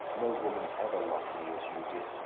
no woman ever loved me as you did.